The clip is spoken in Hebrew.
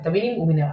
ויטמינים ומינרלים.